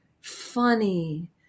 funny